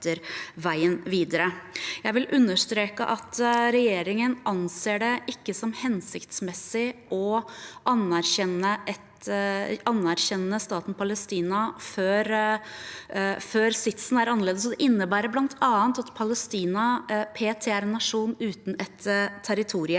Jeg vil understreke at regjeringen ikke anser det som hensiktsmessig å anerkjenne staten Palestina før sitsen er annerledes, og det innebærer bl.a. at Palestina p.t. er en nasjon uten et territorium.